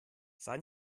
sei